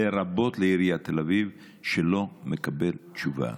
לרבות לעיריית תל אביב, ולא מקבל תשובה.